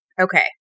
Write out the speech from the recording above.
Okay